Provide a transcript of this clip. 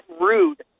rude